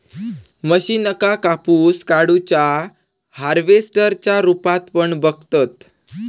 मशीनका कापूस काढुच्या हार्वेस्टर च्या रुपात पण बघतत